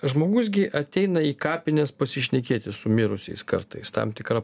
žmogus gi ateina į kapines pasišnekėti su mirusiais kartais tam tikra